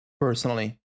personally